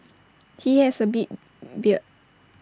he has A big beard